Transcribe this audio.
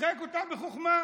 ושיחק אותה בחוכמה: